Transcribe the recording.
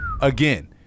again